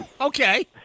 Okay